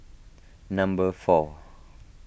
number four